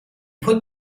put